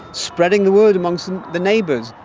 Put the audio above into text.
spreading the word amongst and the neighbours,